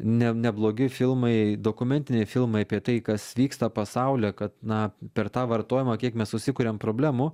ne neblogi filmai dokumentiniai filmai apie tai kas vyksta pasauly kad na per tą vartojimą kiek mes susikuriam problemų